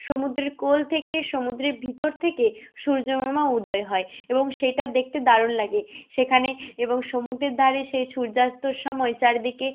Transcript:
সমুদ্রের কোল থেকে সমুদ্রের ভিতর থেকে সূর্যমামা উদয় হয় এবং সেইটা দেখতে দারুণ লাগে সেখানে এবং সমুদ্রের ধারে সেই সূর্যাস্তর সময় চারিদিকে